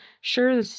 Sure